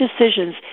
decisions